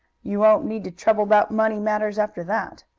you won't need to trouble about money matters after that.